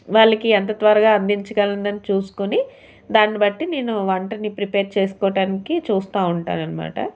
వాళ్ళకి ఎంత త్వరగా అందించగలనని చూసుకొని దాన్ని బట్టి నేను వంటను ప్రిపేర్ చేసుకోవటానికి చూస్తూ ఉంటానన్నమాట